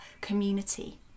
community